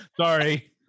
sorry